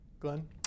Glenn